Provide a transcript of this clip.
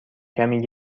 کمی